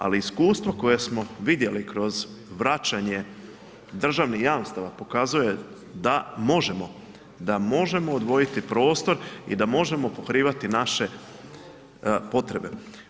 Ali iskustvo koje smo vidjeli kroz vraćanje državnih jamstava pokazuje da možemo, da možemo odvojiti prostor i da možemo pokrivati naše potrebe.